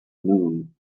moon